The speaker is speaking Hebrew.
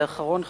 ואחרון חביב,